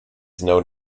known